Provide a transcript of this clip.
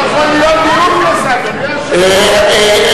לא יכול להיות דיון כזה, אדוני היושב-ראש.